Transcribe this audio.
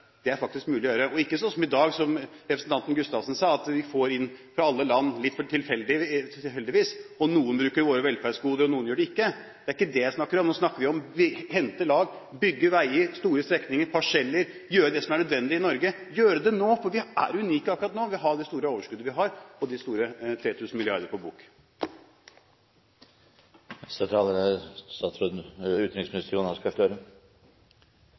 Det er det faktisk mulig å gjøre – og ikke gjøre slik som i dag, som representanten Gustavsen sa, at vi får inn folk litt tilfeldig fra alle land, og noen bruker våre velferdsgoder, mens andre gjør det ikke. Det er ikke det jeg snakker om. Nå snakker vi om å hente lag, bygge veier – lange strekninger og parseller – og gjøre det som er nødvendig i Norge, og gjøre det nå. For vi er unike akkurat nå, vi har det store overskuddet vi har – og 3 000 mrd. på bok.